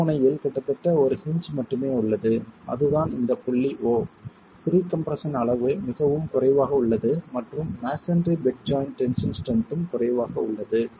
மறுமுனையில் கிட்டத்தட்ட ஒரு ஹின்ஜ் மட்டுமே உள்ளது அதுதான் இந்த புள்ளி O ப்ரீ கம்ப்ரெஸ்ஸன் அளவு மிகவும் குறைவாக உள்ளது மற்றும் மஸோன்றி பெட் ஜாய்ண்ட் டென்சில் ஸ்ட்ரென்த்தும் குறைவாக உள்ளது